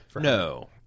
No